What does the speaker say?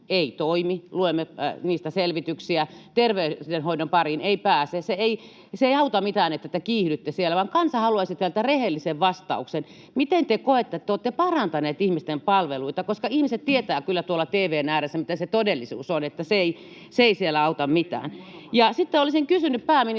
Luemme niistä selvityksiä. Terveydenhoidon pariin ei pääse. Se ei auta mitään, että te kiihdytte siellä, vaan kansa haluaisi teiltä rehellisen vastauksen: miten te koette, että te olette parantanut ihmisten palveluita? Ihmiset tietävät kyllä tuolla tv:n ääressä, mitä se todellisuus on. Se ei siellä auta mitään. Sitten olisin kysynyt pääministeriltä,